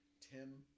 Tim